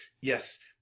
Yes